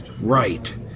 Right